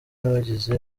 n’abagize